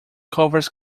covers